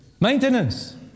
Maintenance